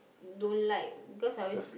don't like cause I always